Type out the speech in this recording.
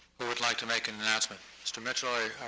who would like to make an announcement. mr. mitchell yeah